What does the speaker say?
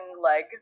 leg